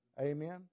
Amen